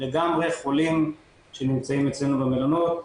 לגמרי חולים שנמצאים אצלנו במלונות,